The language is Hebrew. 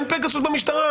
אין פגסוס במשטרה,